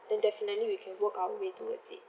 then definitely we can work our way towards it